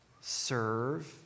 Serve